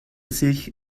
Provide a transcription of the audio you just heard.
sich